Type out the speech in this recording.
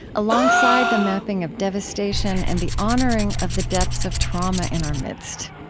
alongside the mapping of devastation and the honoring of the depths of trauma in our midst.